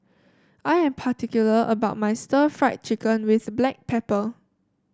I am particular about my Stir Fried Chicken with Black Pepper